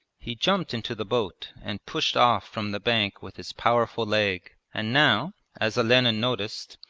he jumped into the boat and pushed off from the bank with his powerful leg, and now, as olenin noticed,